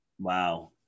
Wow